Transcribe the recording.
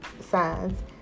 signs